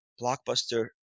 Blockbuster